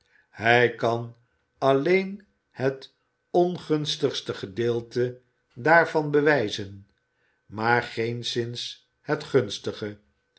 hij kan alleen het ongunstige gedeelte daarvan bewijzen maar geenszins het gunstige